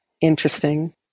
Interesting